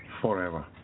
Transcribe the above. forever